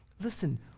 Listen